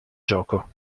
gioco